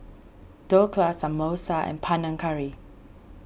Dhokla Samosa and Panang Curry